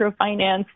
microfinance